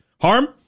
Harm